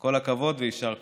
כל הכבוד ויישר כוח.